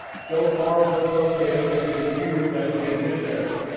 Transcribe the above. so far their protests had been fewer than he anticipated.